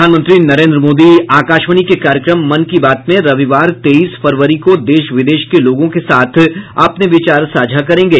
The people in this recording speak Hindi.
प्रधानमंत्री नरेन्द्र मोदी आकाशवाणी के कार्यक्रम मन की बात में रविवार तेईस फरवरी को देश विदेश के लोगों के साथ अपने विचार साझा करेंगे